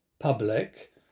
public